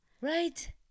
Right